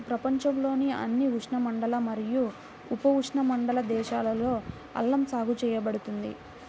ప్రపంచంలోని అన్ని ఉష్ణమండల మరియు ఉపఉష్ణమండల దేశాలలో అల్లం సాగు చేయబడుతుంది